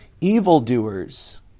evildoers